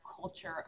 culture